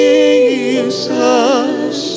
Jesus